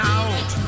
out